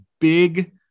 big